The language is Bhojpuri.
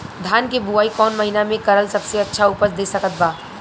धान के बुआई कौन महीना मे करल सबसे अच्छा उपज दे सकत बा?